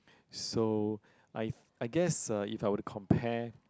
so I th~ I guess uh if I were to compare